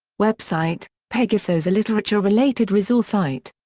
website pegasos a literature related resource site.